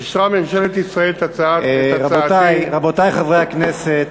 אישרה ממשלת ישראל את הצעתי, רבותי חברי הכנסת,